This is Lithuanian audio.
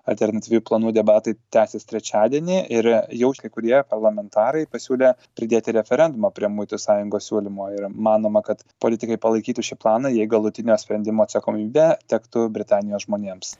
alternatyvių planų debatai tęsis trečiadienį ir jau kai kurie parlamentarai pasiūlė pridėti referendumą prie muitų sąjungos siūlymo ir manoma kad politikai palaikytų šį planą jei galutinio sprendimo atsakomybė tektų britanijos žmonėms